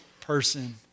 person